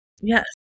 Yes